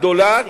גדולה,